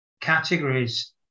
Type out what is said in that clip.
categories